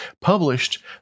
published